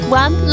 one